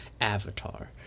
avatar